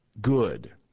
good